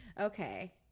Okay